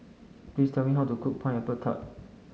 please tell me how to cook Pineapple Tart